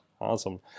awesome